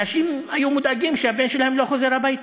אנשים היו מודאגים שהבן שלהם לא חוזר הביתה.